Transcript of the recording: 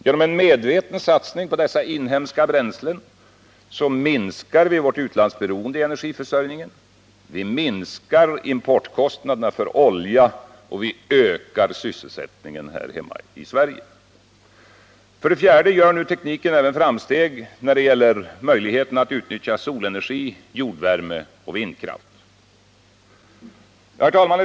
Genom en medveten satsning på dessa inhemska bränslen minskar vi vårt utlandsberoende i energiförsörjningen, vi minskar importkostnaderna för olja, och vi ökar sysselsättningen här hemma i Sverige. För det fjärde gör nu tekniken framsteg även när det gäller möjligheterna att utnyttja solenergi, jordvärme och vindkraft. Herr talman!